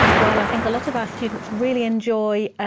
while i think a lot of our students really enjoy